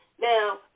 Now